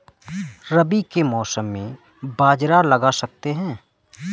रवि के मौसम में बाजरा लगा सकते हैं?